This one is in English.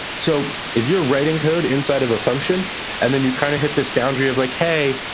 so if you're writing code inside of a function and then you kind of hit this boundary of, like, hey,